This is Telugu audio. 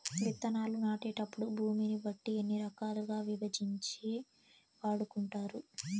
విత్తనాలు నాటేటప్పుడు భూమిని బట్టి ఎన్ని రకాలుగా విభజించి వాడుకుంటారు?